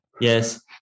Yes